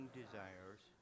desires